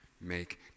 make